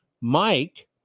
Mike